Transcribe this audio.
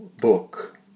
book